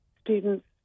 students